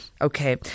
Okay